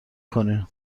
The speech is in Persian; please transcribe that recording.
کنین